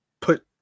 put